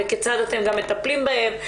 וכיצד אתם גם מטפלים בהן.